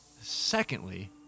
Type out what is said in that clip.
Secondly